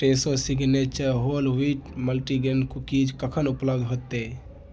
Fresho signature whole wheat multigrain cookies कखन उपलब्ध हेतै